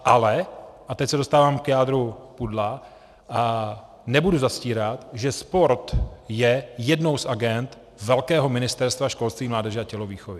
Ale, a teď se dostávám k jádru pudla, nebudu zastírat, že sport je jednou z agend velkého Ministerstva školství, mládeže a tělovýchovy.